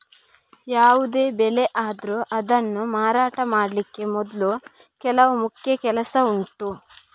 ಯಾವುದೇ ಬೆಳೆ ಆದ್ರೂ ಅದನ್ನ ಮಾರಾಟ ಮಾಡ್ಲಿಕ್ಕೆ ಮೊದ್ಲು ಕೆಲವು ಮುಖ್ಯ ಕೆಲಸ ಉಂಟು